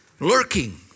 lurking